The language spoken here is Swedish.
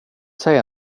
säga